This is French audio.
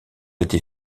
été